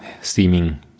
steaming